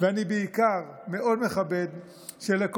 אני יודע את התשובה.